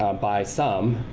um by some.